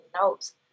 notes